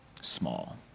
small